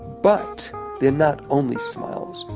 but they're not only smiles.